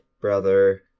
brother